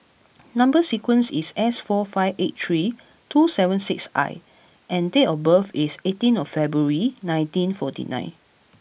number sequence is S four five eight three two seven six I and date of birth is eighteen of February nineteen forty nine